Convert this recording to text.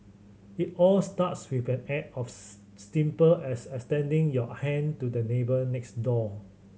it all starts with an act as extending your hand to the neighbour next door